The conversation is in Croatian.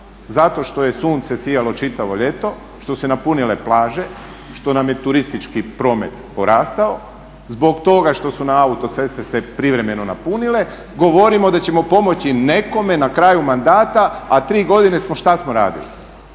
zato što je sunce sijalo čitavo ljeto, što su se napunile plaže, što nam je turistički promet porastao, zbog toga što su se autoceste privremeno napunile, govorimo da ćemo pomoći nekome na kraju mandata a tri godine smo, šta smo radili?